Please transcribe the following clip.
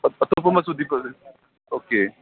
ꯑꯇꯣꯞꯄꯥ ꯃꯆꯨꯗꯤ ꯑꯣꯀꯦ